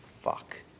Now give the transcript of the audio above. Fuck